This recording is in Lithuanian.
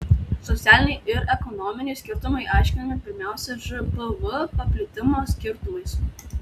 socialiniai ir ekonominiai skirtumai aiškinami pirmiausia žpv paplitimo skirtumais